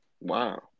Wow